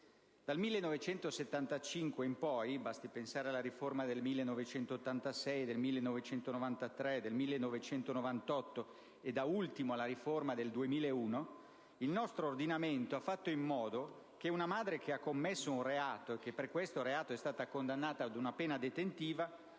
Dal 1975 in poi - basti pensare alle riforme del 1986, del 1993, del 1998 e, da ultimo, del 2001 - il nostro ordinamento ha fatto in modo che una madre che ha commesso un reato per il quale è stata condannata ad una pena detentiva